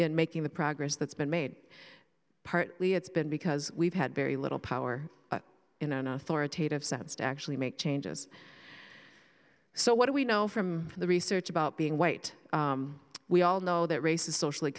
in making the progress that's been made partly it's been because we've had very little power in an authoritative sense to actually make changes so what do we know from the research about being white we all know that race is socially